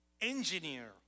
engineer